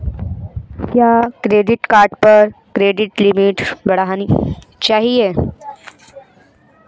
क्या credit card पर credit limit बढ़ानी चाहिए?